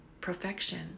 perfection